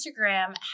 Instagram